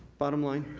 bottom line,